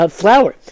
flour